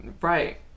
Right